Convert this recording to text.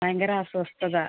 ഭയങ്കര അസ്വസ്ഥത